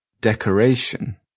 decoration